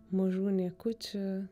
mažų niekučių